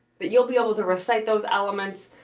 that you'll be able to recite those elements.